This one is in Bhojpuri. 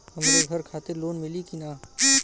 हमरे घर खातिर लोन मिली की ना?